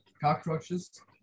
cockroaches